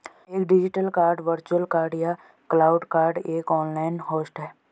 एक digital card virtual card या cloud card एक ऑनलाइन होस्ट है